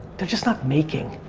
they're just not making.